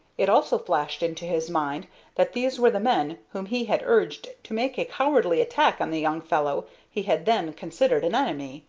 it also flashed into his mind that these were the men whom he had urged to make a cowardly attack on the young fellow he had then considered an enemy,